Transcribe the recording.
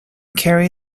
carry